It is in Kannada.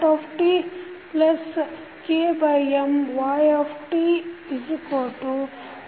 ಆಗಿರುತ್ತದೆ